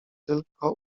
tylko